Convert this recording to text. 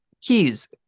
keys